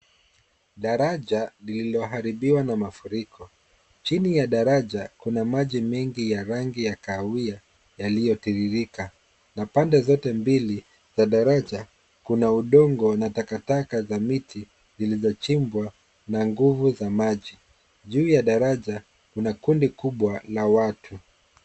Daraja lililoharibiwa na mafuriko chini ya daraja kuna maji mingi ya rangi ya kahawia yaliyotiririka na pande zote mbili za daraja kuna udongo na takataka za miti zilizochimbwa na nguvu za maji. Juu ya daraja kuna kundi kubwa la watu.